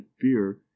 fear